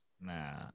Nah